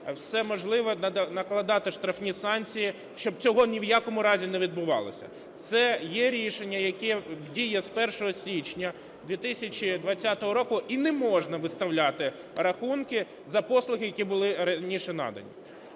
все можливе, накладати штрафні санкції, щоб цього ні в якому разі не відбувалося. Це є рішення, яке діє з 1 січня 2020 року, і не можна виставляти рахунки за послуги, які були раніше надані.